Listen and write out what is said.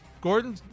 Gordon